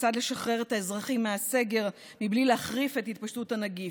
כיצד לשחרר את האזרחים מהסגר בלי להחריף את התפשטות הנגיף,